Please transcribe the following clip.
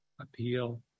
appeal